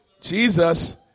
Jesus